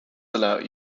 allowed